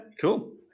Cool